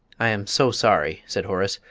i am so sorry, said horace,